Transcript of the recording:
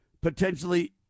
potentially